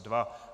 2.